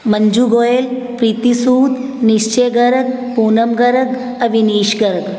Manju Goyal Preeti Sood Nishche Garg Poonam Garg Avinish Garg